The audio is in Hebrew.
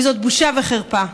וזאת בושה וחרפה.